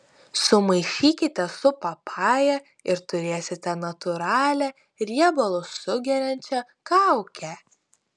sumaišykite su papaja ir turėsite natūralią riebalus sugeriančią kaukę